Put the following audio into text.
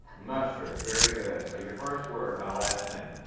mustard, very good. so your first word, my last name.